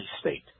state